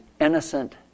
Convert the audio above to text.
innocent